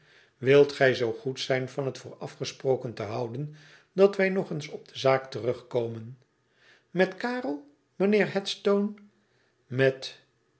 wilt gij zoo goed zijn van het voor afgesproken te houden dat wij nog eens op de zaak terugkomen met karel mijnheer headstone met